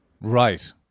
Right